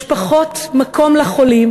יש פחות מקום לחולים,